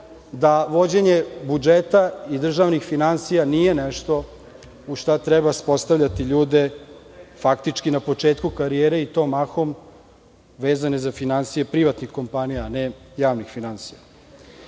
da vođenje budžeta i državnih finansija nije nešto u šta treba postavljati ljude, faktički na početku karijere, i to mahom vezane za finansije privatnih kompanija, a ne javnih finansija. Ono